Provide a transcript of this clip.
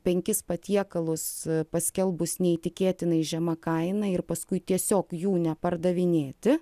penkis patiekalus paskelbus neįtikėtinai žema kaina ir paskui tiesiog jų nepardavinėti